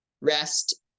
rest